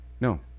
No